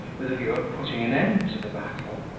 with a view of putting an end to the battle,